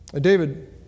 David